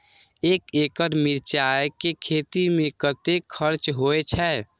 एक एकड़ मिरचाय के खेती में कतेक खर्च होय छै?